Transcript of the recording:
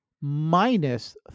minus